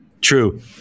true